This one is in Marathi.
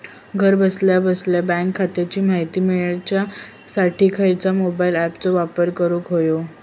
घरा बसल्या बसल्या बँक खात्याची माहिती मिळाच्यासाठी खायच्या मोबाईल ॲपाचो वापर करूक होयो?